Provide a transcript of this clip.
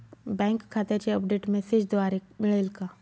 Bank खात्याचे update मेसेजद्वारे मिळेल का?